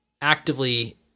actively